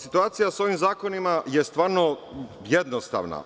Situacija sa ovim zakonima je stvarno jednostavna.